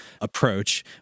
approach